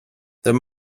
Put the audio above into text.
there